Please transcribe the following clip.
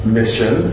mission